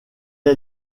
est